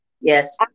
Yes